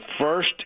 first